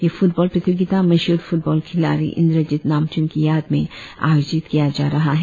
यह फुटबॉल प्रतियोगिता मशहुर फुटबॉल खिलाड़ी इंद्रजीत नामचुम की याद में आयोजित किया जा रहा है